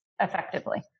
effectively